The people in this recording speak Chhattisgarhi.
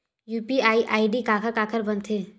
यू.पी.आई आई.डी काखर काखर बनथे?